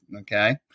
okay